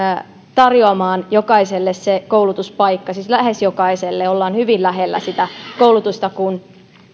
tarjoamaan jokaiselle se koulutuspaikka siis lähes jokaiselle ollaan hyvin lähellä sitä koulutustakuun